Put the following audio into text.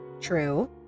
true